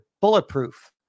bulletproof